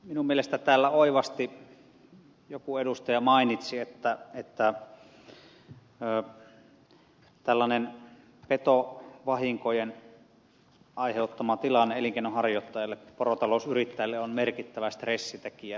minun mielestäni täällä oivasti joku edustaja mainitsi että tällainen petovahinkojen aiheuttama tilanne elinkeinonharjoittajalle porotalousyrittäjälle on merkittävä stressitekijä